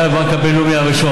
המרוקאים,